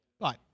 Right